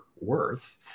worth